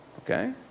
Okay